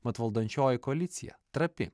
mat valdančioji koalicija trapi